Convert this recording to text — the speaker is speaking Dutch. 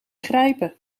grijpen